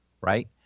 right